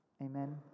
Amen